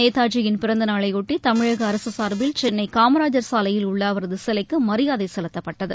நேதாஜியின் பிறந்தநாளையொட்டி தமிழக அரசு சார்பில் சென்னை காமராஜர் சாலையில் உள்ள அவரது சிலைக்கு மரியாதை செலுத்தப்பட்டது